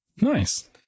nice